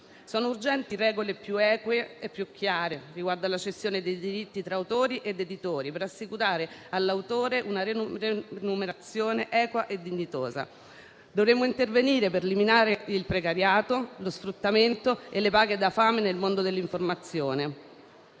Sono urgenti regole più eque e più chiare riguardo alla cessione dei diritti tra autori ed editori, per assicurare all'autore una remunerazione equa e dignitosa. Dovremmo intervenire per eliminare il precariato, lo sfruttamento e le paghe da fame nel mondo dell'informazione.